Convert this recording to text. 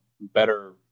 better